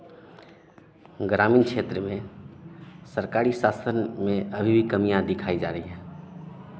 ग्रामीण क्षेत्र में सरकारी शासन में अभी भी कमियाँ दिखाई जा रही हैं